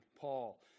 Paul